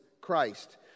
Christ